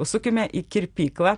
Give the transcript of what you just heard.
užsukime į kirpyklą